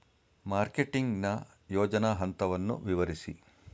Marketing ನ ಯೋಜನಾ ಹಂತವನ್ನು ವಿವರಿಸಿ?